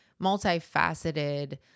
multifaceted